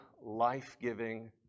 life-giving